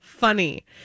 funny